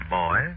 boy